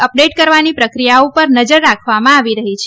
update કરવાની પ્રક્રિયા ઉપર નજર રાખવામાં આવી રહી છે